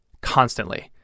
constantly